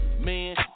Man